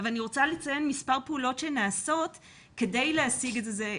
אני רוצה לציין מספר פעולות שנעשות כדי להשיג את זה.